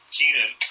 Kenan